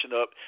up